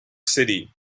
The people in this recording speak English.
city